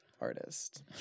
artist